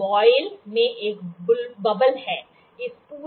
vial में एक बुलबुला है